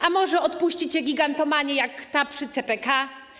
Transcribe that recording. A może odpuścicie gigantomanię jak ta przy CPK?